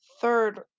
third